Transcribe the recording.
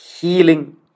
healing